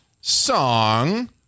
song